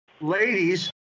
ladies